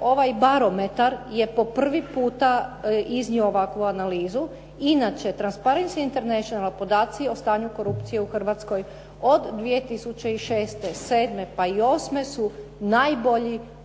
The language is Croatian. ovaj barometar je po prvi puta iznio ovakvu analizu. Inače, Transparency International podaci o stanju korupcije u Hrvatskoj od 2006., 2007. pa i 2008. su najbolji